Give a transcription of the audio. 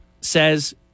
says